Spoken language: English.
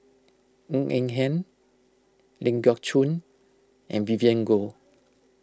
Ng Eng Hen Ling Geok Choon and Vivien Goh